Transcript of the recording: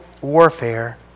warfare